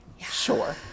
sure